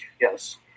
yes